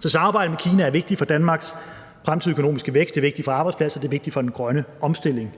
Så samarbejdet med Kina er vigtigt for Danmarks fremtidige økonomiske vækst, det er vigtigt